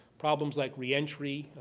problems like re-entry,